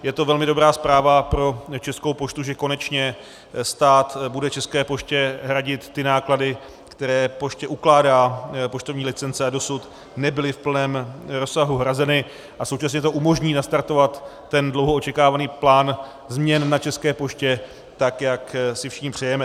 Je to velmi dobrá zpráva pro Českou poštu, že konečně stát bude České poště hradit ty náklady, které poště ukládá poštovní licence a dosud nebyly v plném rozsahu hrazeny, a současně to umožní nastartovat dlouho očekávaný plán změn na České poště, tak jak si všichni přejeme.